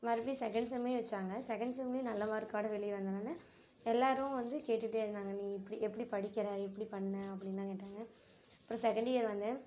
மறுபடியும் செகண்ட் செம்மையும் வச்சாங்க செகண்ட் செம்லயும் நல்ல மார்க்கோட வெளியே வந்ததனால எல்லாரும் வந்து கேட்டுக்கிட்டே இருந்தாங்கள் நீ இப்படி எப்படி படிக்கிற எப்படி பண்ண அப்படின்லாம் கேட்டாங்கள் அப்புறம் செகண்ட் இயர் வந்தேன்